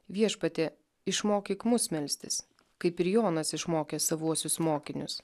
viešpatie išmokyk mus melstis kaip ir jonas išmokė savuosius mokinius